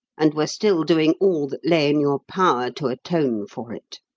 and were still doing all that lay in your power to atone for it